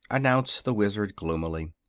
announced the wizard, gloomily.